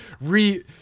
re